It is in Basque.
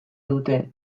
dute